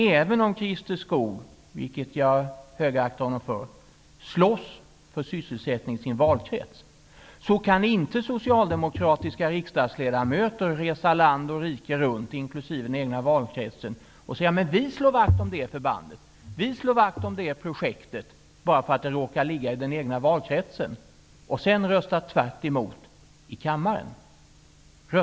Även om Christer Skoog slåss för sysselsättningen i sin valkrets, vilket jag högaktar honom för, kan socialdemokratiska riksdagsledamöter inte resa land och rike runt, inkl. den egna valkretsen, och säga att de slår vakt om ett visst förband eller projekt bara för att det råkar ligga i den egna valkretsen, och sedan rösta tvärtemot i kammaren.